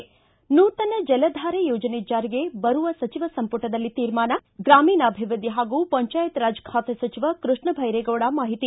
ನೂತನ ಜಲಧಾರೆ ಯೋಜನೆ ಜಾರಿಗೆ ಬರುವ ಸಚಿವ ಸಂಪುಟದಲ್ಲಿ ತೀರ್ಮಾನ ಗ್ರಾಮೀಣಾಭಿವೃದ್ಲಿ ಹಾಗೂ ಪಂಚಾಯತ್ ರಾಜ್ ಖಾತೆ ಸಚಿವ ಕೃಷ್ಣ ಭೈರೇಗೌಡ ಮಾಹಿತಿ